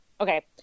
Okay